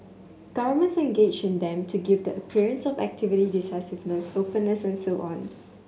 governments engage in them to give the appearance of activity decisiveness openness and so on